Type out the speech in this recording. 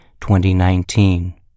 2019